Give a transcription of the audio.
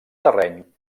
terreny